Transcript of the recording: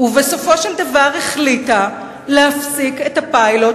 ובסופו של דבר החליטה להפסיק את הפיילוט